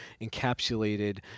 encapsulated